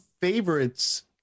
favorites